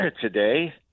today